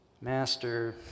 master